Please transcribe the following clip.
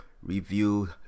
Review